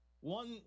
one